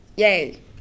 Yay